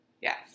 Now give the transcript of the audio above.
Yes